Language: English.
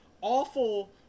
awful